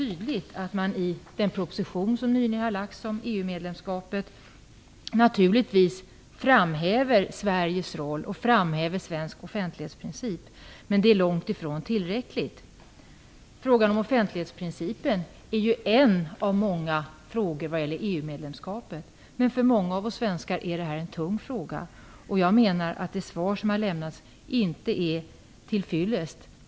I den proposition som nyligen har lagts fram om EU-medlemskapet framhävs Sveriges roll och svensk offentlighetsprincip mycket tydligt. Men det är långt ifrån tillräckligt. Frågan om offenlighetsprincipen är ju en av många frågor som hänger samman med EU medlemskapet. Men för många av oss svenskar är det en tung fråga. Jag menar att det svar som har lämnats inte är till fyllest.